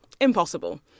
Impossible